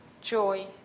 joy